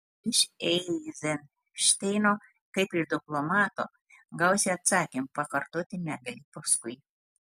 iš eizenšteino kaip iš diplomato gausi atsakymą pakartoti negali paskui